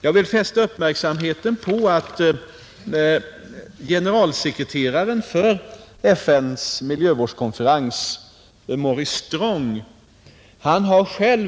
Jag vill fästa uppmärksamheten på att generalsekreteraren för FN:s miljövårdskonferens, Maurice Strong, själv